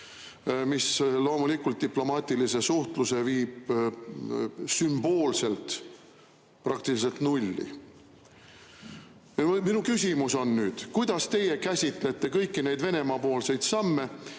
mis diplomaatilise suhtluse viib sümboolselt praktiliselt nulli. Minu küsimus on: kuidas teie käsitlete kõiki neid Venemaa samme,